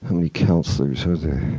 many counselors were there?